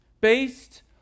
based